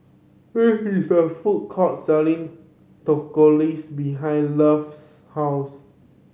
there is a food court selling Tortillas behind Love's house